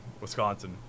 Wisconsin